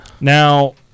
Now